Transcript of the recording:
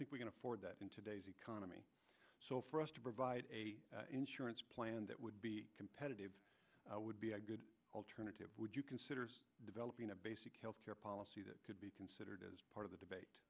think we can afford that in today's economy so for us to provide insurance plan that would be competitive i would be a good alternative would you can developing a basic health care policy that could be considered as part of